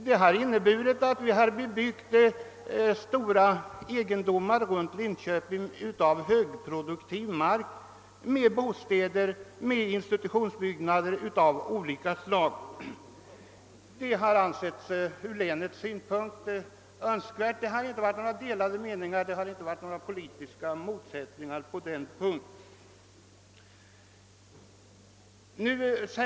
Det har medfört att vi runt Linköping har bebyggt stora egendomar med högproduktiv mark med bostäder och institutionsbyggnader av olika slag. Det har ansetts önskvärt ur länets synpunkt. Det har inte varit några delade meningar eller politiska motsättningar på den punkten.